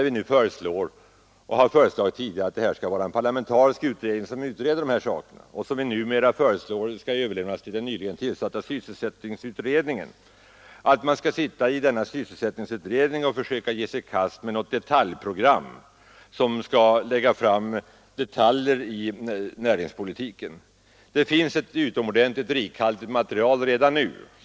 Vi har tidigare begärt att en parlamentarisk kommitté skall utreda dessa frågor och har nu föreslagit att de skall överlämnas till den nyligen tillsatta sysselsättningsutredningen. Vi menar dock inte att denna utredning skall försöka ge sig i kast med något mera ingående program och ta ställning till mindre detaljer i näringspolitiken. Det finns redan nu ett utomordentligt rikhaltigt material.